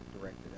directed